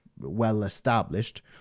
well-established